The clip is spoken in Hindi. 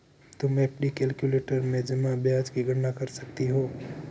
तुम एफ.डी कैलक्यूलेटर में जमा ब्याज की गणना कर सकती हो